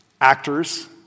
actors